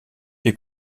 wir